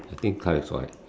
I think car is white